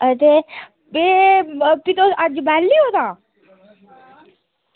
ते एह् भी तुस भी अज्ज बेह्ले ओ तां